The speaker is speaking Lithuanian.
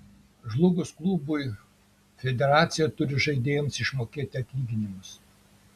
žlugus klubui federacija turi žaidėjams išmokėti atlyginimus